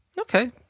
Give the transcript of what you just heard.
Okay